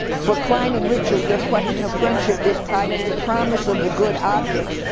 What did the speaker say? for klein and richard, their question of friendship is tied to the promise of the good object,